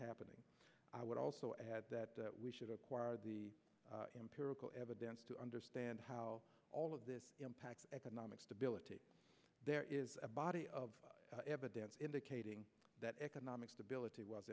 happening i would also add that we should acquire the empirical evidence to understand how all of this impacts economic stability there is a body of evidence indicating that economic stability was